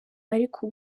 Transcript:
ariko